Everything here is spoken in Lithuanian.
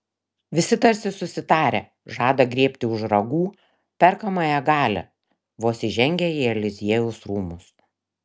visi tarsi susitarę žada griebti už ragų perkamąją galią vos įžengę į eliziejaus rūmus